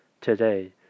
today